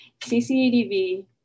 CCADV